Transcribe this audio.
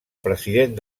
president